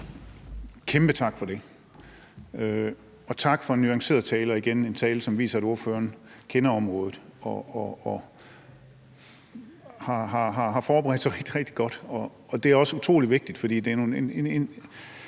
Kæmpe tak for det, og tak for en nuanceret tale. Igen er der her, en tale, som viser, at ordføreren kender området og har forberedt sig rigtig, rigtig godt. Det er også utrolig vigtigt, for det er en